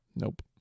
Nope